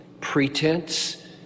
pretense